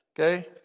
Okay